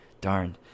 darn